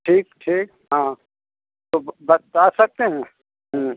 ठीक ठीक हाँ तो बस जा सकते हैं हूँ